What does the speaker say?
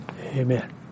amen